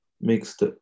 mixed